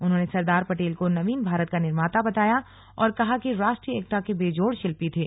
उन्होंने सरदार पटेल को नवीन भारत का निर्माता बताया और कहा कि राष्ट्रीय एकता के बेजोड़ शिल्पी थे